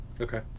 Okay